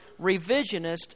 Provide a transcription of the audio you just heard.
revisionist